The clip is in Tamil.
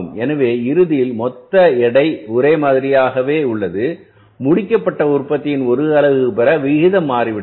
எனவே இறுதியில் மொத்த எடை ஒரே மாதிரியாகவே உள்ளது முடிக்கப்பட்ட உற்பத்தியின் 1 அலகு பெற விகிதம் மாறிவிட்டது